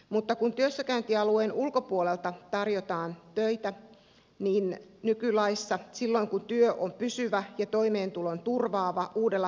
mutta kun työssäkäyntialueen ulkopuolelta tarjotaan töitä niin silloin kun työ on pysyvä ja toimeentulon turvaavan uudella